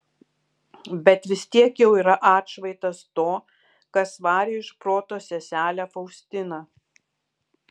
bet vis tiek jau yra atšvaitas to kas varė iš proto seselę faustiną